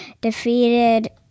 defeated